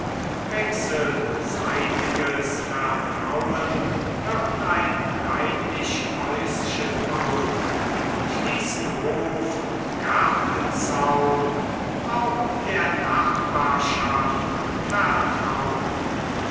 wechselseitiges vertrauen wird ein reinlich häuschen bauen schließen hof und gartenzaun auch der nachbarschaft vertraun